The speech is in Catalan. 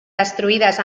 destruïdes